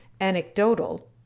anecdotal